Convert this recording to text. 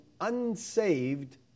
unsaved